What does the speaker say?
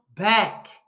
back